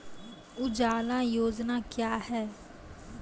उजाला योजना क्या हैं?